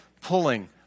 pulling